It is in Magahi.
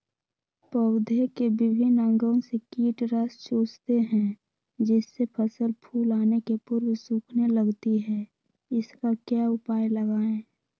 पौधे के विभिन्न अंगों से कीट रस चूसते हैं जिससे फसल फूल आने के पूर्व सूखने लगती है इसका क्या उपाय लगाएं?